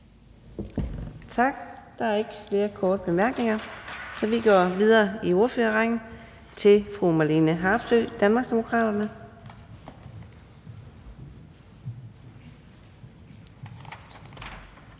Tak. Der er ikke flere korte bemærkninger. Så vi går videre i ordførerrækken til fru Marlene Harpsøe, Danmarksdemokraterne.